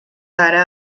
ara